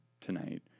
tonight